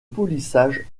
polissage